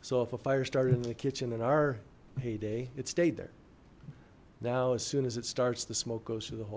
so if a fire started in the kitchen in our heyday it stayed there now as soon as it starts the smoke goes through the whole